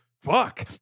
fuck